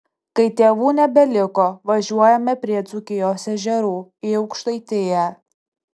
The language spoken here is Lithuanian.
kai tėvų nebeliko važiuojame prie dzūkijos ežerų į aukštaitiją